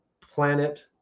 planet